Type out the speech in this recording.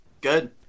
Good